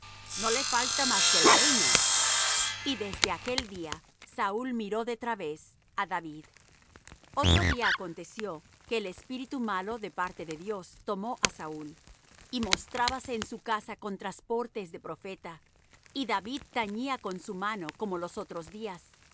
no le falta más que el reino y desde aquel día saúl miró de través á david otro día aconteció que el espíritu malo de parte de dios tomó á saúl y mostrábase en su casa con trasportes de profeta y david tañía con su mano como los otros días